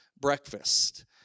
breakfast